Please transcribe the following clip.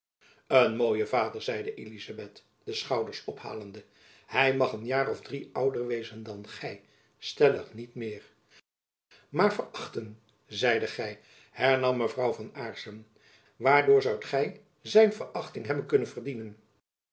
een mooie vader zeide elizabeth de schouders ophalende hy mag een jaar of drie ouder wezen dan gy stellig niet meer maar verachten zeidet gy hernam mevrouw aarssen waardoor zoudt gy zijn verachting hebben kunnen verdienen